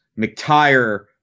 McTire